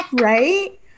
Right